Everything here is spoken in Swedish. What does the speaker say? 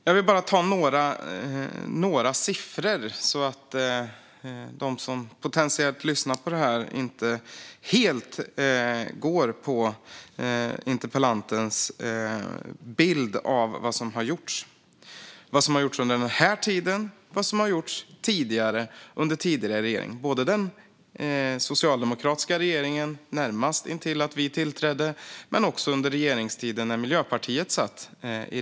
Jag vill bara nämna några siffror så att potentiella lyssnare inte helt går på interpellantens bild av vad som har gjorts under den här tiden och under tidigare regeringar, både den socialdemokratiska regering som satt precis innan vi tillträdde och den regering som Miljöpartiet satt i.